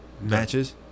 matches